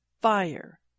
fire